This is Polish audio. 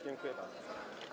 Dziękuję bardzo.